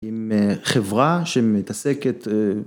עם חברה שמתעסקת.